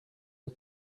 are